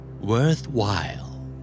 Worthwhile